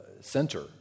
center